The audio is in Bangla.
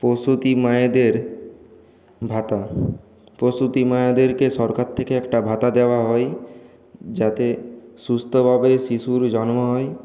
প্রসূতি মায়েদের ভাতা প্রসূতি মায়েদেরকে সরকার থেকে একটা ভাতা দেওয়া হয় যাতে সুস্থভাবে শিশুর জন্ম হয়